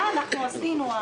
הרב גפני, מה אנחנו עשינו?